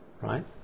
right